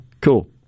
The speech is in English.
Cool